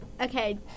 Okay